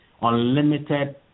unlimited